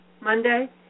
Monday